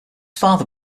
father